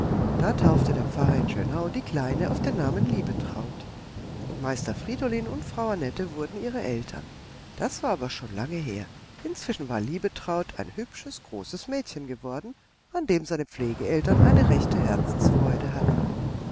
da taufte der pfarrer in schönau die kleine auf den namen liebetraut und meister friedolin und frau annette wurden ihre eltern das war aber schon lange her inzwischen war liebetraut ein hübsches großes mädchen geworden an dem seine pflegeeltern eine rechte herzensfreude hatten